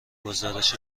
گزارش